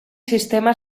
sistema